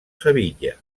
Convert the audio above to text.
sevilla